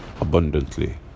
abundantly